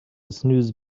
snooze